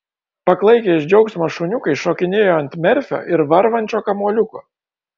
paklaikę iš džiaugsmo šuniukai šokinėjo ant merfio ir varvančio kamuoliuko